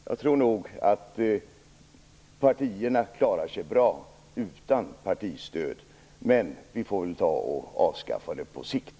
Jag tror att partierna klarar sig bra utan partistöd, men vi får väl avskaffa det på sikt.